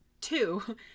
Two